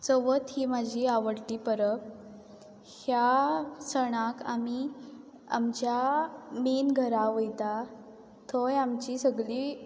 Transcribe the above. चवथ ही म्हजी आवडटी परब ह्या सणाक आमी आमच्या मेन घरा वयता थंय आमची सगली